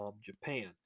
Japan